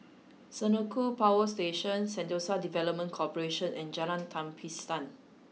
Senoko Power Station Sentosa Development Corporation and Jalan Tapisan